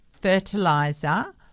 fertilizer